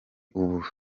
ubu